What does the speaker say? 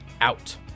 out